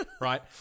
right